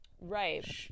right